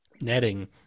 netting